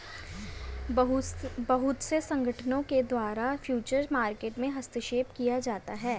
बहुत से संगठनों के द्वारा फ्यूचर मार्केट में हस्तक्षेप किया जाता है